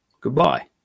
Goodbye